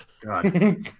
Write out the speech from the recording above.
god